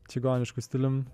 čigonišku stilium